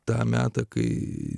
tą metą kai